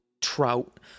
trout